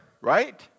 right